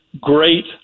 great